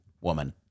Woman